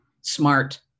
smart